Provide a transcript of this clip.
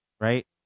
right